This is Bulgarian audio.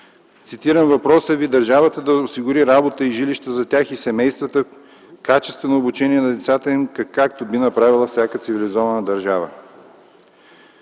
Цитирам въпроса Ви: държавата да осигури работа и жилища за тях и семействата им, качествено обучение на децата им, така както би направила всяка цивилизована държава.